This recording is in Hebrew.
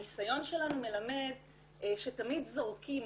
הניסיון שלנו מלמד שתמיד זורקים,